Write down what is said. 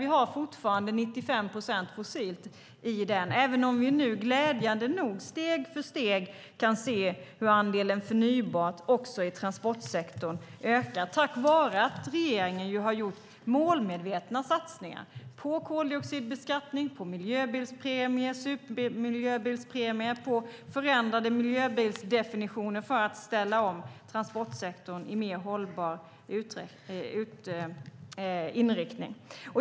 Vi har fortfarande 95 procent fossilt i den, även om vi nu glädjande nog steg för steg kan se hur andelen förnybart också i transportsektorn ökar tack vare att regeringen har gjort målmedvetna satsningar på koldioxidbeskattning, på miljöbilspremie, på supermiljöbilspremie och på förändrade miljöbilsdefinitioner för att ställa om transportsektorn i mer hållbar inriktning.